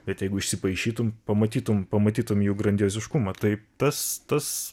bet jeigu įšsipaišytum pamatytum pamatytum jų grandioziškumą tai tas tas